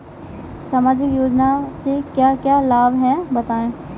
सामाजिक योजना से क्या क्या लाभ हैं बताएँ?